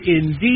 indeed